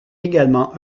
également